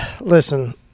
listen